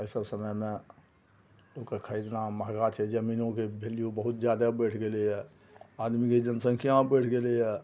एहिसब समयमे खरिदना महगा छै जमीनोके वैल्यू बहुत जादे बढ़ि गेलैए आदमीके जनसँख्याँ बढ़ि गेलैए